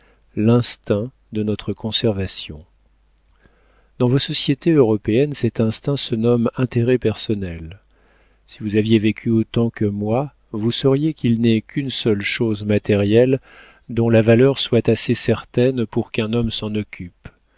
l'instinct de notre conservation dans vos sociétés européennes cet instinct se nomme intérêt personnel si vous aviez vécu autant que moi vous sauriez qu'il n'est qu'une seule chose matérielle dont la valeur soit assez certaine pour qu'un homme s'en occupe